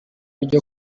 ryo